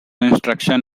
instruction